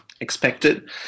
expected